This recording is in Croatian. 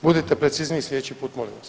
Budite precizniji sljedeći put, molim vas.